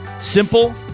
simple